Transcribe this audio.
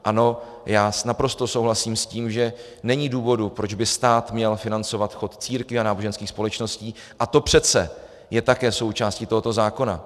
Ano, já naprosto souhlasím s tím, že není důvod, proč by stát měl financovat chod církví a náboženských společností, a to přece je také součástí tohoto zákona.